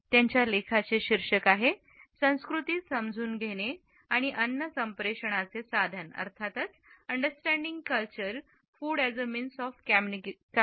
तिच्या लेखाचे शीर्षक आहे संस्कृती समजून घेणे अन्न संप्रेषणाचे साधन "Understanding Culture Food as a Means of Communication"